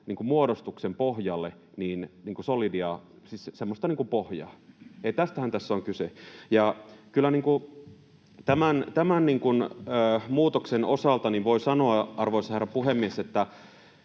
arvonmuodostuksen pohjalle semmoista solidia pohjaa. Tästähän tässä on kyse. Kyllä tämän muutoksen osalta voi sanoa, arvoisa herra puhemies,